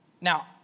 Now